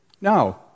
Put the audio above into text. Now